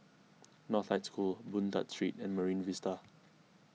Northlight School Boon Tat Street and Marine Vista